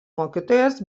mokytojas